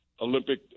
Olympic